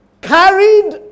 carried